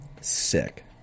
sick